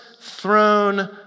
throne